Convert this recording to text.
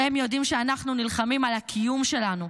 הם יודעים שאנחנו נלחמים על הקיום שלנו,